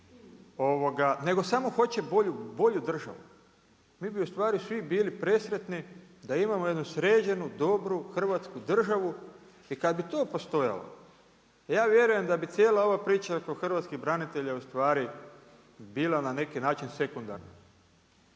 nego samo hoće bolju državu. Mi bi ustvari svi bili presretni da imamo jednu sređenu, dobru Hrvatsku državu i kad bi to postojalo ja vjerujem da bi cijela ova priča oko hrvatskih branitelja ustvari bila na neki način sekundarna.